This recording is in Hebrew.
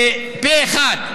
אחד,